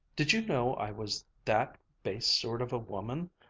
did you know i was that base sort of a woman?